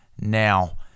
Now